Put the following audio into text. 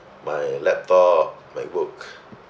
my laptop or MacBook